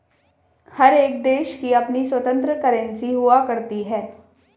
हर एक देश की अपनी स्वतन्त्र करेंसी हुआ करती है